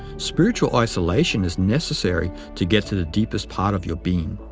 spiritual isolation is necessary to get to the deepest part of your being.